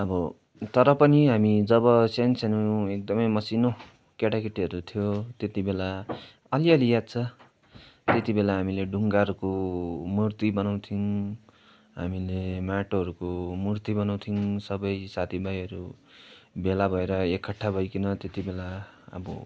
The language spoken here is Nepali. अब तर पनि हामी जब सानो सानो एकदमै मसिनो केटाकेटीहरू थियो त्यतिबेला अलिअलि याद छ त्यतिबेला हामीले ढुङ्गाहरूको मूर्ति बनाउँथ्यौँ हामीले माटोहरूको मूर्ति बनाउँथ्यौँ सबै साथी भाइहरू भेला भएर एकठ्ठा भइकन त्यतिबेला अब